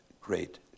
great